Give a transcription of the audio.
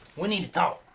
we need to talk.